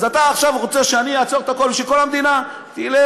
אז אתה עכשיו רוצה שאני אעצור את הכול ושכל המדינה תלך?